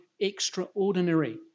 extraordinary